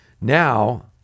Now